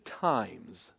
times